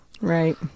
Right